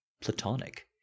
platonic